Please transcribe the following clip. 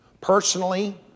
personally